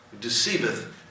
deceiveth